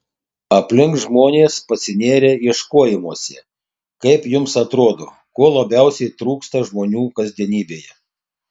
aplink žmonės pasinėrę ieškojimuose kaip jums atrodo ko labiausiai trūksta žmonių kasdienybėje